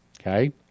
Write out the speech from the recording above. okay